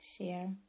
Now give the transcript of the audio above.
share